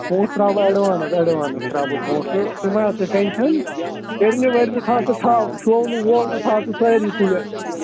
پۅنٛسہٕ ترٛاوٕ بہٕ ایڈوانس ایٚڈوانٕس ترٛاوٕ بہٕ پۅنٛسہٕ ژٕ مٔہ ہَے ژٕ ٹٮ۪نشَن کٔرۍنہِ ؤرۍنہِ تھاو ژٕ تھاو شولہٕ وولہٕ تھاو ژٕ سٲری تُلِتھ